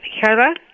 Carla